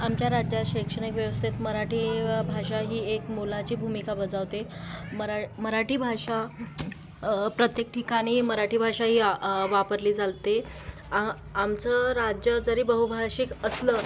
आमच्या राज्यात शैक्षणिक व्यवस्थेत मराठी भाषा ही एक मोलाची भूमिका बजावते मरा मराठी भाषा प्रत्येक ठिकाणी मराठी भाषा ही वापरली जाते आ आमचं राज्य जरी बहुभाषिक असलं